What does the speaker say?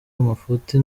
amafuti